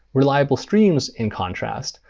reliable streams, in contrast,